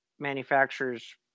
manufacturers